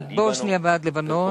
מבוסניה ועד לבנון,